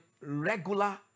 regular